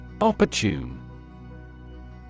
Opportune